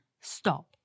Stop